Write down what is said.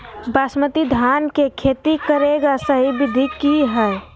बासमती धान के खेती करेगा सही विधि की हय?